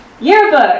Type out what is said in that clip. Yearbook